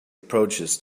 approaches